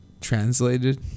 translated